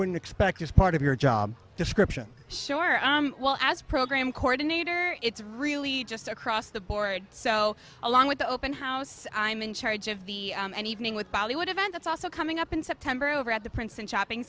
wouldn't expect as part of your job description sure well as program coordinator it's really just across the board so along with the open house i'm in charge of the evening with bollywood event that's also coming up in september over at the prince and shopping